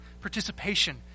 participation